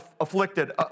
afflicted